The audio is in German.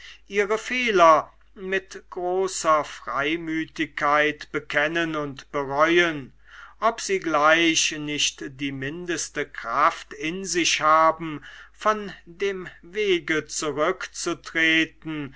ihre fehler mit großer freimütigkeit bekennen und bereuen ob sie gleich nicht die mindeste kraft in sich haben von dem wege zurückzutreten